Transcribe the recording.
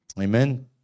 Amen